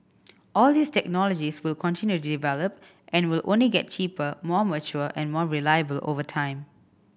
all these technologies will continue to develop and will only get cheaper more mature and more reliable over time